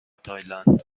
تایلند